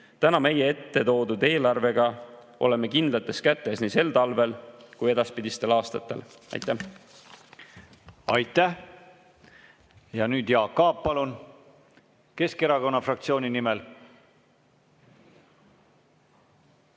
Täna meie ette toodud eelarvega oleme kindlates kätes nii sel talvel kui ka edaspidistel aastatel. Aitäh! Aitäh! Ja nüüd Jaak Aab, palun, Keskerakonna fraktsiooni nimel!